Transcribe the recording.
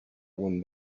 one